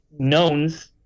knowns